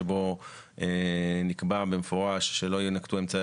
שבו נקבע במפורש שלא יינקטו אמצעי